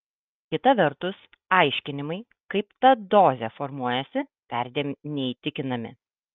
kita vertus aiškinimai kaip ta dozė formuojasi perdėm neįtikinami